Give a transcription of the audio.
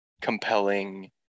compelling